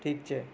ઠીક છે